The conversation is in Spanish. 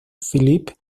philippe